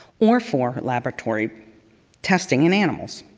or for laboratory testing in animals.